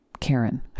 Karen